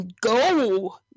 Go